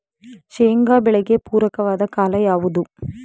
ಶೇಂಗಾ ಬೆಳೆಗೆ ಪೂರಕವಾದ ಕಾಲ ಯಾವುದು?